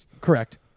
correct